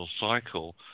cycle